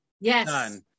Yes